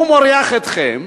הוא מורח אתכם,